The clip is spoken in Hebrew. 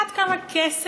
את יודעת כמה כסף